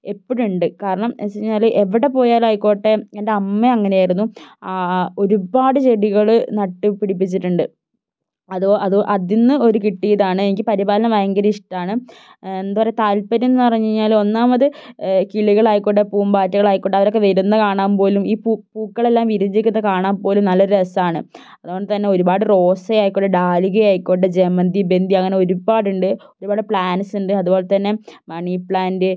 ഇപ്പോഴുണ്ട് കാരണം എന്നു വച്ചു കഴിഞ്ഞാൽ എവിടെപ്പോയാലും ആയിക്കോട്ടെ എൻ്റെ അമ്മ അങ്ങനെയായിരുന്നു ഒരുപാട് ചെടികൾ നട്ടു പിടിപ്പിച്ചിട്ടുണ്ട് അത് അത് അതിൽ നിന്ന് ഒരു കിട്ടിയതാണ് എനിക്ക് പരിപാലനം ഭയങ്കര ഇഷ്ടമാണ് എന്താ പറയുക താൽപര്യം എന്ന് പറഞ്ഞു കഴിഞ്ഞാൽ ഒന്നാമത് കിളികളായിക്കോട്ടെ പൂമ്പാറ്റകളായിക്കോട്ടെ അവരൊക്കെ വരുന്ന കാണാൻപോലും ഈ പൂ പൂക്കളെല്ലാം വിരിഞ്ഞു നിൽക്കുന്നത് കാണാൻപോലും നല്ല രസമാണ് അതുകൊണ്ടുതന്നെ ഒരുപാട് റോസ ആയിക്കോട്ടെ ഡാലിയയായിക്കോട്ടെ ജമ്മന്തി ബന്തി അങ്ങനെ ഒരുപാടുണ്ട് ഒരുപാട് പ്ലാൻസുണ്ട് അതുപോലെതന്നെ മണി പ്ലാൻ്റ്